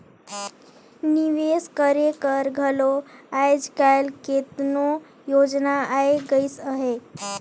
निवेस करे कर घलो आएज काएल केतनो योजना आए गइस अहे